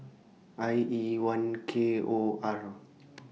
I E one K O R